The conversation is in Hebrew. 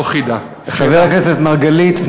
לא חידה חבר הכנסת מרגלית,